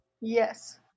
Yes